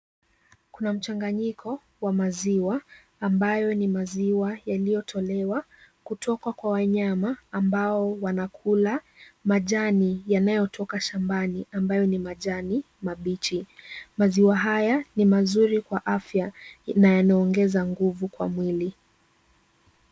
Kuna mchanganyiko wa maziwa ambayo ni maziwa yaliyotolewa kutoka kwa wanyama ambao wanakula majani yanayotoka shambani ambayo ni majani mabichi. Maziwa haya ni mazuri kwa afya na yanaongeza nguvu kwa mwili.